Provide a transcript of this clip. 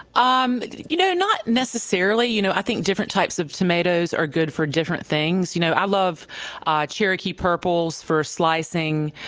um you know not necessarily. you know i think different types of tomatoes are good for different things. you know i love cherokee purples for slicing,